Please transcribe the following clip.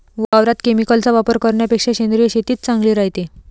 वावरात केमिकलचा वापर करन्यापेक्षा सेंद्रिय शेतीच चांगली रायते